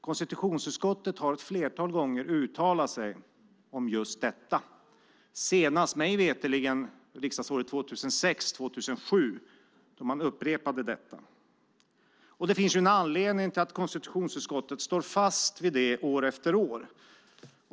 Konstitutionsutskottet har vid ett flertal gånger uttalat sig om just detta, senast mig veterligt riksdagsåret 2006/07, då man upprepade detta. Det finns en anledning till att konstitutionsutskottet står fast vid detta år efter år.